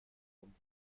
kommt